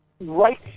Right